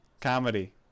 Comedy